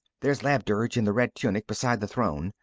there's labdurg, in the red tunic, beside the throne,